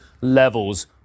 levels